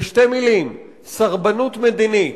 בשתי מלים: סרבנות מדינית,